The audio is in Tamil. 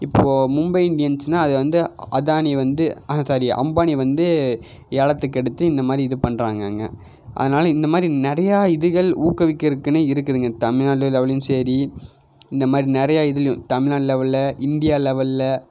இப்போது மும்பை இந்தியன்ஸ்னால் அதை வந்து அதானி வந்து ஆஹும் சாரி அம்பானி வந்து ஏலத்துக்கு எடுத்து இந்த மாதிரி இது பண்ணுறாங்கங்க அதனால இந்த மாதிரி நிறையா இதுகள் ஊக்குவிக்கிறதுக்குனே இருக்குதுங்க தமிழ்நாடு லெவல்லையும் சரி இந்த மாதிரி நிறையா இதுலையும் தமிழ்நாடு லெவலில் இந்தியா லெவலில்